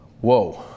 whoa